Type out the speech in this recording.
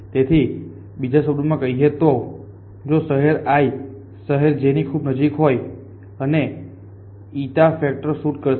તેથી બીજા શબ્દોમાં કહીએ તો જો શહેર i શહેર j ની ખૂબ નજીક છે અને તે ઈટા ફેક્ટર શૂટ કરશે